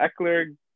Eckler